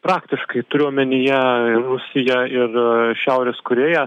praktiškai turiu omenyje rusiją ir šiaurės korėją